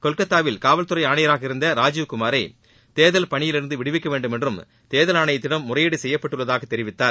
கொல்கத்தாவில் காவல்துறை ஆணையராக இருந்த ராஜீவ் குமாரை தேர்தல் பணியில் இருந்து விடுவிக்க வேண்டும் என்றும் தேர்தல் ஆணையத்திடம் முறையீடு செய்யப்பட்டுள்ளதாக தெரிவித்தார்